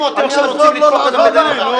או אתם עכשיו רוצים לדפוק אותם בדרך אחרת?